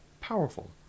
powerful